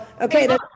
Okay